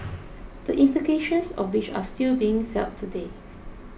the implications of which are still being felt today